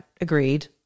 agreed